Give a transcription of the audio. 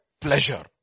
pleasure